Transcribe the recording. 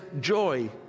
joy